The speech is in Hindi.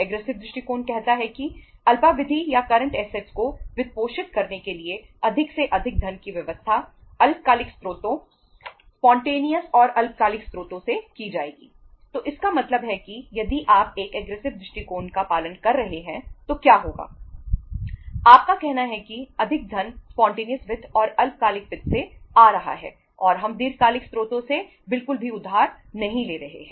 एग्रेसिव वित्त और अल्पकालिक वित्त से आ रहा है और हम दीर्घकालिक स्रोतों से बिल्कुल भी उधार नहीं ले रहे हैं